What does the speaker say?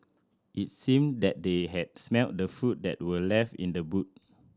it seemed that they had smelt the food that were left in the boot